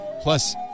Plus